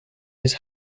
his